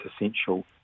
essential